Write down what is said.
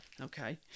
Okay